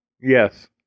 Yes